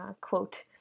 quote